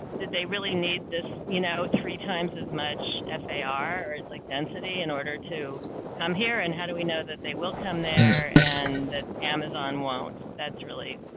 did they really need this you know three times as much as they are like density in order to come here? and how do we know that they will come there? and amazon won't. that's really.